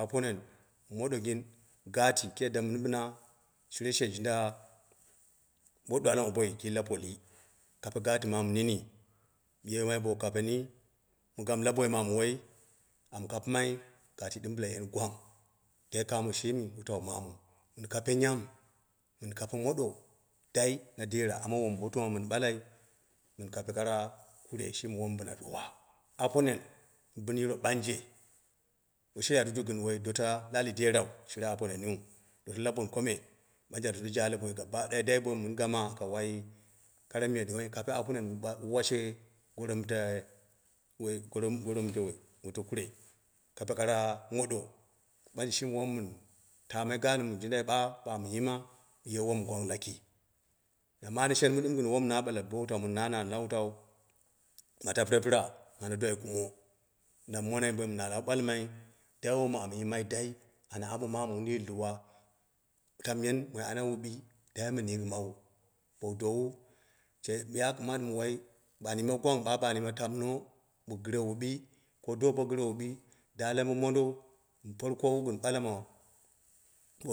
Aponen, moɗonggin gati ki yadda mu mɨn binshi she jina bo dwal maboi ki la poli, min kape gaati mamu nini, me bo kapeni mu gamu laboi mi amu woi amu kanma ki gaati ɗɨm bila yeni gwang dai kamo shimi wutau mamu min kape nyam, min kape moɗo, dai na dera amma wonbo tuma mɨ mɨn ɓale min kape kara kure shimi wom ɗuwa. Aponen mɨ bin yiro ɓangje woi she duduku gɨn dota lali derau, shire aponeiu doto la bonkoi me. ɓane a doto jak boi gabak daya la ali dera dai boi mɨ mɨn gama, kara miya kape aponen mɨ washe, goro mɨ wai, mu washe goro mo diwo gɨn kure, kape kara monɗo, shimi wom min tamai gaanma mɨ an yima mu ma ye wom gwang laki. Bila na mane she nmu ɗɨm yi wom na ɓa la na na bo wutau ma tapirepira ma dwa dwai kumo, na mone boim na lau ɓalmai dai wom amu yimai dai anaambo mammu wun yiltu uwa, tamiyen mori ana wuɓi, dai mɨn yingɨ mawu. bo dowa ɓa ya kamata an yinna tamno bo gɨre wuɓi ko dobo gɨre wubei da lambe mondo wu por kowog tin ɓala ma